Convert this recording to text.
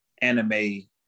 anime